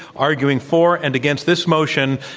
arguing for and against this motion,